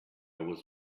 was